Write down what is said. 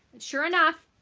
sure enough